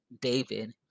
David